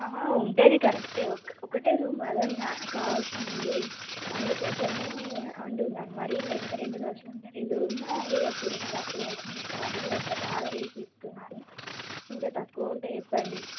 ఉంటుంది కరెక్ట్ ఒక రూమ్ కదా కావలసింది అందుకోసం అంటున్నాను మరి రెండు లక్షలు అంటే రెండు రూమ్లు వేయవచ్చు రెండు లక్షలకి మరి అంత బాగా చేసి చెప్తున్నారు ఇంకా తక్కువ ఉంటే చెప్పండి